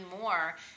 more